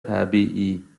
طبیعی